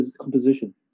composition